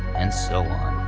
and so on.